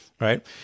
Right